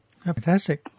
Fantastic